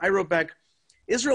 אז אמרתי לו שישראל,